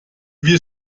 wir